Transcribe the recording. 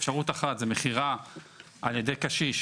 אפשרות אחת זה מכירה על ידי קשיש,